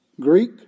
Greek